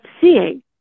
seeing